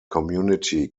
community